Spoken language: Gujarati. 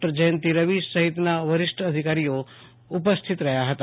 શ્રીમતી જયંતિ રવિ સહિતના વરિષ્ઠ અધિકારીઓ ઉપસ્થિત રહ્યા હતા